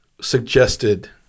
suggested